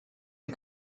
die